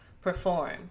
perform